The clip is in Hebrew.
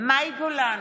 מאי גולן,